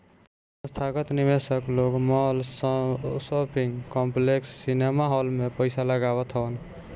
संथागत निवेशक लोग माल, शॉपिंग कॉम्प्लेक्स, सिनेमाहाल में पईसा लगावत हवन